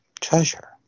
treasure